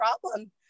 problem